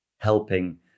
helping